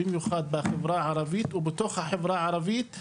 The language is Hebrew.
במיוחד בחברה הערבית ובתוך החברה הערבית,